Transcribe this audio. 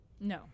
no